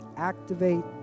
activate